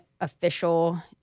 official